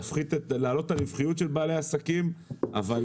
להעלות את הרווחיות של בעלי העסקים אבל